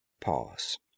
Pause